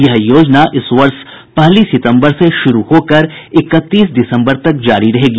यह योजना इस वर्ष पहली सितम्बर से शुरू होकर इकतीस दिसम्बर तक जारी रहेगी